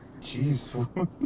jeez